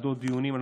דיונים בוועדות.